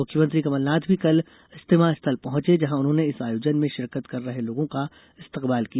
मुख्यमंत्री कमलनाथ भी कल इज्तिमा स्थल पहुंचे जहां उन्होंने इस आयोजन में शिरकत कर रहे लोगों का इस्तकबाल किया